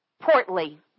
Portly